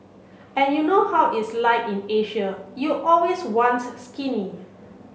and you know how it's like in Asia you always want skinny